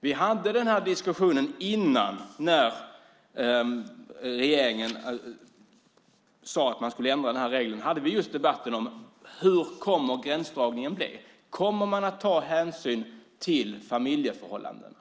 Vi hade en debatt om gränsdragningen när regeringen sade att man skulle ändra den här regeln. Då var frågan hur gränsdragningen skulle bli och om man skulle ta hänsyn till familjeförhållanden.